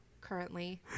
currently